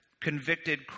convicted